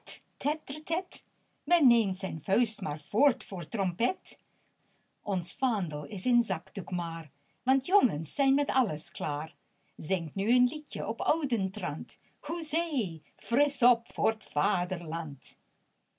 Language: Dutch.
men neemt zijn vuist maar voor trompet ons vaandel is een zakdoek maar want jongens zijn met alles klaar zingt nu een liedje op ouden trant hoezee frisch op voor